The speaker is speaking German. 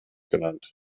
genannt